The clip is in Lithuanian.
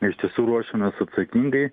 iš tiesų ruošiamės atsakingai